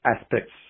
aspects